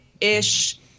ish